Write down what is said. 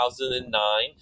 2009